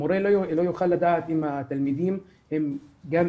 המורה לא יכול לדעת אם התלמידים איתו,